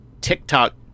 TikTok